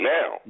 Now